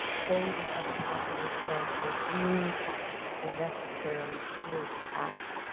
say the unpopular thing or do the necessarily fierce act